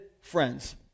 friends